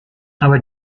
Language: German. aber